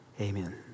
amen